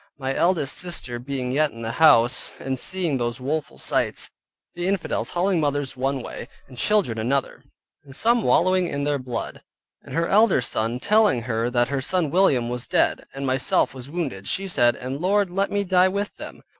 my eldest sister being yet in the house, and seeing those woeful sights, the infidels hauling mothers one way, and children another, and some wallowing in their blood and her elder son telling her that her son william was dead, and myself was wounded, she said, and lord, let me die with them,